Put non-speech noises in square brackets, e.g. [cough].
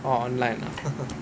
orh online ah [laughs]